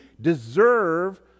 deserve